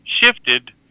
shifted